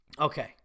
Okay